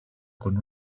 con